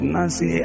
Nancy